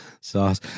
sauce